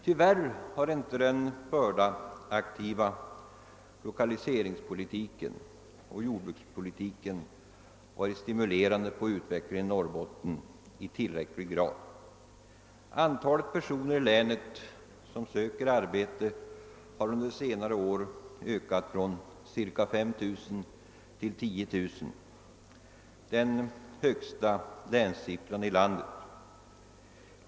Tyvärr har inte den förda aktiva lokaliseringspolitiken och jordbrukspolitiken varit stimulerande på utvecklingen i Norrbotten i tillräcklig grad. Antalet personer i länet som söker arbete har under senare år ökat från cirka 5 000 till 10 000, den högsta länssiffran i landet.